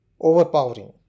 overpowering